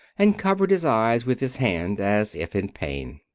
and covered his eyes with his hand, as if in pain.